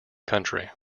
country